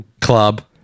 Club